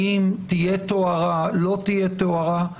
האם תהיה טהרה, לא תהיה טהרה?